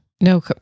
no